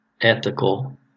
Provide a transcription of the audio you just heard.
ethical